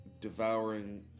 devouring